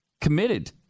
committed